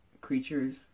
creatures